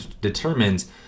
determines